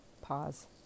Pause